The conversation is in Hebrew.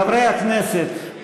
חברי הכנסת,